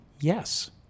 Yes